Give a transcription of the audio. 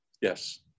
Yes